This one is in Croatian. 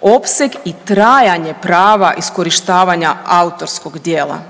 opseg i trajanje prava iskorištavanja autorskog djela.